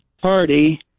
party